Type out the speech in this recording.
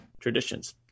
traditions